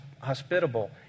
hospitable